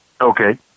Okay